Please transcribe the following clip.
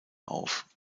auf